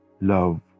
love